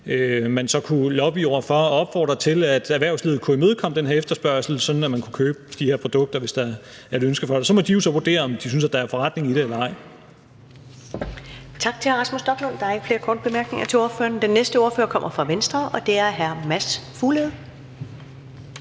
så kunne lobbye over for og opfordre til, at erhvervslivet kunne imødekomme den her efterspørgsel, sådan at man kunne købe de her produkter, hvis der er et ønske om det. Og så må de jo vurdere, om de synes, at der er forretning i det eller ej.